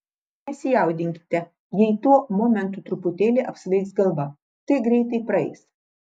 nesijaudinkite jei tuo momentu truputėlį apsvaigs galva tai greitai praeis